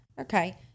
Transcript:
Okay